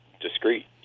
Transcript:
discreet